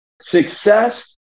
Success